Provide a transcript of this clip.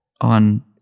on